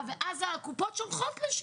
אבל אם זה אומר שהקופות אומרות: